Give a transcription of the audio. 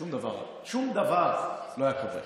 שום דבר לא היה קורה.